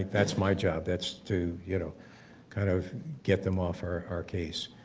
that's my job, that's to you know kind of get them off our our case.